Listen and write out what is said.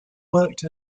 worked